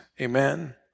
Amen